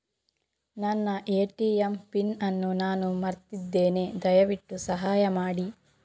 ನನ್ನ ATM PIN ಅನ್ನು ನಾನು ಮರ್ತಿದ್ಧೇನೆ, ದಯವಿಟ್ಟು ಸಹಾಯ ಮಾಡಿ